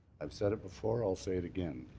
i have said it before, i will say it again.